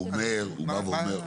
הוא בא ואומר,